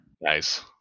nice